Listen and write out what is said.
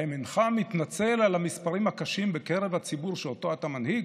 האם אינך מתנצל על המספרים הקשים בקרב הציבור שאותו אתה מנהיג?